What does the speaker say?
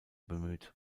bemüht